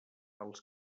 els